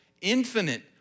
infinite